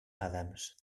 adams